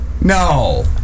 no